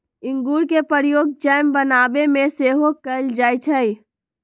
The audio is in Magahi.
इंगूर के प्रयोग जैम बनाबे में सेहो कएल जाइ छइ